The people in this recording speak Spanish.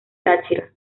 táchira